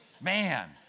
Man